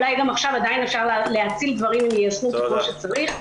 אולי גם עכשיו עדיין אפשר להציל דברים אם יישמו אותו כמו שצריך.